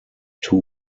two